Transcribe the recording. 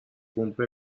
cumple